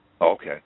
okay